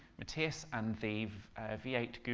mathias and the v eight